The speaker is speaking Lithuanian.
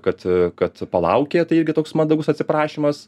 kad kad palaukė tai irgi toks mandagus atsiprašymas